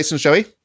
Joey